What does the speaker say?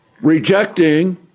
Rejecting